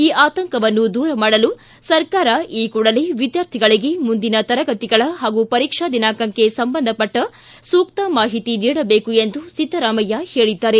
ಈ ಆತಂಕವನ್ನು ದೂರ ಮಾಡಲು ಸರ್ಕಾರ ಈ ಕೂಡಲೇ ವಿದ್ಯಾರ್ಥಿಗಳಿಗೆ ಮುಂದಿನ ತರಗತಿಗಳ ಹಾಗೂ ಪರೀಕ್ಷಾ ದಿನಾಂಕಕ್ಕೆ ಸಂಬಂಧಪಟ್ಟ ಸೂಕ್ತ ಮಾಹಿತಿ ನೀಡಬೇಕು ಎಂದು ಸಿದ್ದರಾಮಯ್ಯ ಹೇಳಿದ್ದಾರೆ